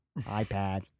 iPad